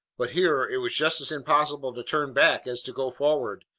but here it was just as impossible to turn back as to go forward,